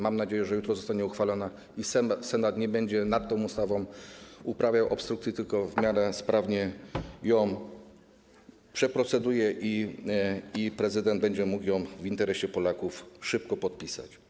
Mam nadzieję, że jutro zostanie uchwalona i Senat nie będzie nad tą ustawą uprawiał obstrukcji, tylko w miarę sprawnie ją przeproceduje i prezydent będzie mógł ją w interesie Polaków szybko podpisać.